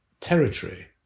territory